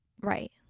Right